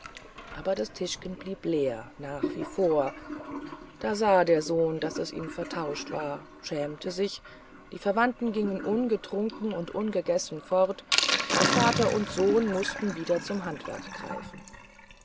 aber das tischgen blieb leer nach wie vor da sah der sohn daß es ihm vertauscht war schämte sich die verwandten gingen ungetrunken und ungegessen fort und vater und sohn mußten wieder zum handwerk greifen